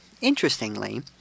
Interestingly